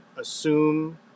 assume